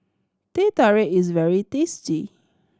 Teh Tarik is very tasty